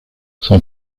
son